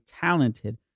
talented